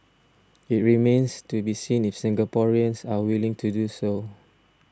it remains to be seen if Singaporeans are willing to do so